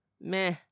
meh